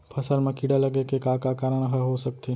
फसल म कीड़ा लगे के का का कारण ह हो सकथे?